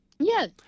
Yes